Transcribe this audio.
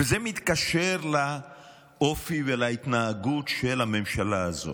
וזה מתקשר לאופי ולהתנהגות של הממשלה הזאת,